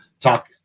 talk